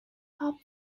hop